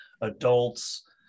adults